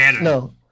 no